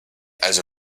also